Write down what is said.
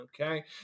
okay